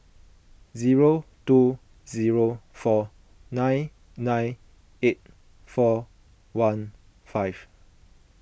zero two zero four nine nine eight four one five